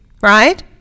right